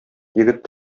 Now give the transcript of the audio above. егет